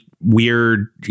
Weird